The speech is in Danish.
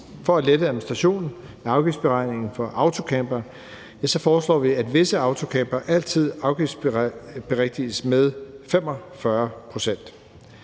For at lette administrationen af afgiftsberegningen for autocampere foreslår vi, at visse autocampere altid afgiftsberigtiges med 45 pct.